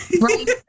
Right